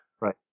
Right